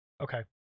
Okay